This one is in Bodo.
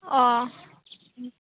अ